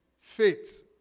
faith